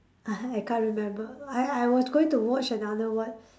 uh I can't remember I I was going to watch another one